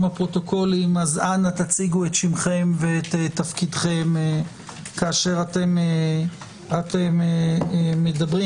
אנא הציגו את שמכם ותפקידכם כאשר אתם מדברים.